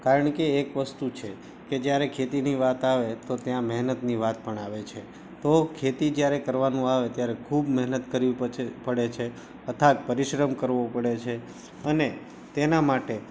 કારણ કે એક વસ્તુ છે કે જયારે ખેતીની વાત આવે તો ત્યાં મહેનતની વાત પણ આવે છે તો ખેતી જયારે કરવાનું આવે ત્યારે ખૂબ મહેનત કરવી પછે પડે છે અથાગ પરિશ્રમ કરવો પડે છે અને તેના માટે